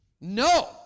No